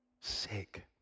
Sick